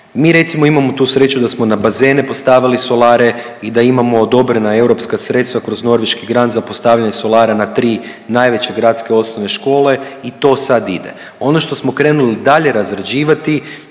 mi recimo imamo tu sreću da smo na bazene postavili solare i da imamo odobrena europska sredstva kroz norveški …/Govornik se ne razumije./… za postavljanje solara na tri najveće gradske osnovne škole i to sad ide. Ono što smo krenuli dalje razrađivati